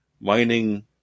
mining